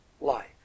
life